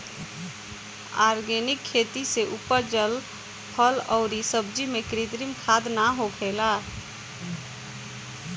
organic खेती से उपजल फल अउरी सब्जी में कृत्रिम खाद ना होखेला